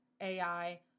AI